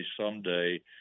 someday